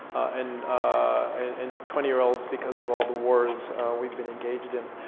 and and twenty year olds because of all the wars we've been engaged in.